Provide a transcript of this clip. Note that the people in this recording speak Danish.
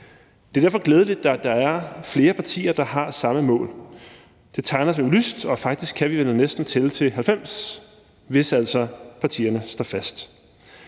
Det er derfor glædeligt, at der er flere partier, der har samme mål. Det tegner lyst, og faktisk kan vi vel her næsten tælle til 90, hvis altså partierne står fast.